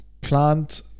plant